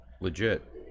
Legit